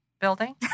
building